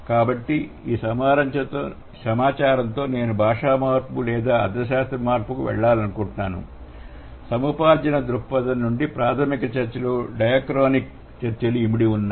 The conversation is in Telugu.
కాబట్టి ఈ సమాచారంతో నేను భాషా మార్పు లేదా అర్థశాస్త్రమార్పుకు వెళ్లాలనుకుంటున్నాను సముపార్జన దృక్పథం నుండి ప్రాథమిక చర్చలో డయాక్రానిక్ చర్చలు ఇమిడి ఉన్నాయి